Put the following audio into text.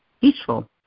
peaceful